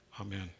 amen